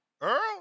Earl